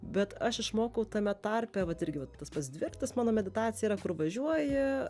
bet aš išmokau tame tarpe vat irgi tas pats dviratis mano meditacija yra kur važiuoji